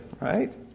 right